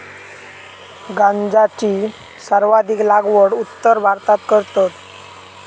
गांजाची सर्वाधिक लागवड उत्तर भारतात करतत